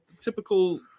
typical